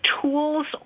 tools